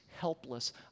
Helpless